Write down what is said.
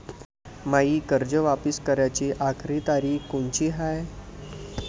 मायी कर्ज वापिस कराची आखरी तारीख कोनची हाय?